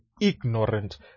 ignorant